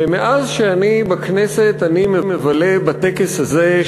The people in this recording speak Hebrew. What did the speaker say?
ומאז שאני בכנסת אני מבלה בטקס הזה,